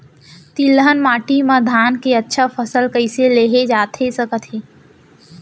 तिलहन माटी मा धान के अच्छा फसल कइसे लेहे जाथे सकत हे?